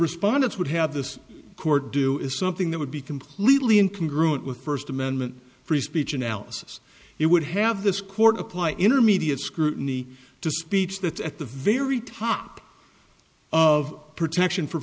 respondents would have this court do is something that would be completely and can route with first amendment free speech analysis it would have this court apply intermediate scrutiny to speech that's at the very top of protection for